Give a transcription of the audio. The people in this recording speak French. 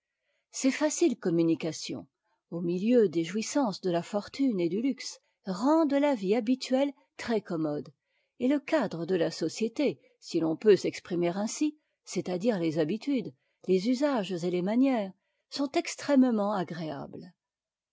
ces faciles communications au milieu des jouissances de la fortune et du luxe rendent la vie habituelle très commode et le cadre de la société si l'on peut s'exprimer ainsi c'est-à-dire les'habitudes les usages et les manières sont extrêmement agréables